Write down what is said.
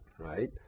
right